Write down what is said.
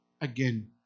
again